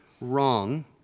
wrong